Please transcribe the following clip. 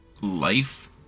Life